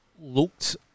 looked –